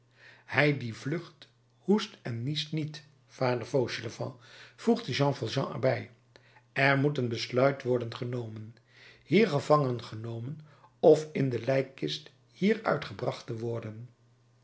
hij die vlucht hoest en niest niet vader fauchelevent voegde jean valjean er bij er moet een besluit worden genomen hier gevangen genomen of in de lijkkist hieruit gebracht te worden